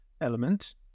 element